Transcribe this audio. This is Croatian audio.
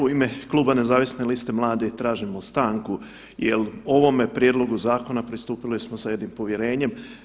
U ime Kluba nezavisne liste mladih tražimo stanku jel ovome prijedlogu zakona pristupili smo sa jednim povjerenjem.